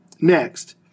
Next